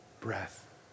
breath